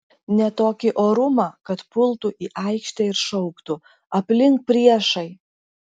ne tokį orumą kad pultų į aikštę ir šauktų aplink priešai